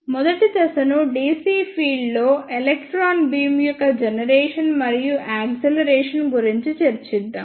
మొదటి దశను dc ఫీల్డ్లో ఎలక్ట్రాన్ బీమ్ యొక్క జనరేషన్ మరియు యాక్సిలరేషన్ గురించి చర్చిద్దాం